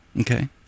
Okay